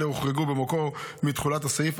אלה הוחרגו במקור מתחולת הסעיף,